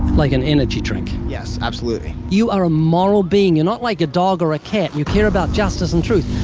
like an energy drink? yes, absolutely. you are a moral being. you're not like a dog or a cat. you care about justice and truth.